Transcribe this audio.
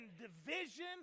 division